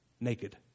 naked